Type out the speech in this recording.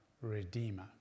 redeemer